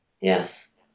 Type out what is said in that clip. Yes